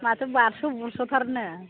माथो बारस' बुरस'थारनो